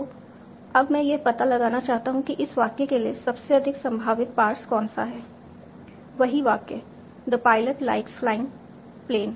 तो अब मैं यह पता लगाना चाहता हूं कि इस वाक्य के लिए सबसे अधिक संभावित पार्स कौन सा है वही वाक्य the pilot likes flying planes